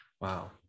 wow